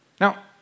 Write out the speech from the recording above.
Now